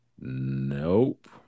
Nope